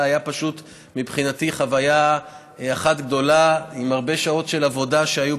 הייתה מבחינתי פשוט חוויה אחת גדולה עם הרבה שעות של עבודה שהיו,